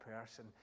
person